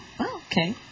Okay